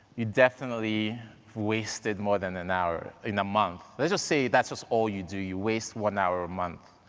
you definitely have wasted more than an hour in a month. let's just say that's just all you do, you waste one hour a month,